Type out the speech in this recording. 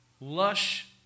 Lush